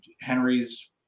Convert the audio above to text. Henry's